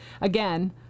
again